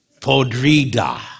Podrida